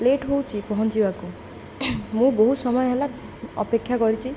late ହେଉଛି ପହଞ୍ଚିବାକୁ ମୁଁ ବହୁତ ସମୟ ହେଲା ଅପେକ୍ଷା କରିଛି